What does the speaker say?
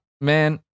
man